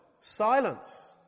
Silence